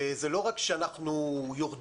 זה לא רק שאנחנו יורדים,